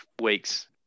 weeks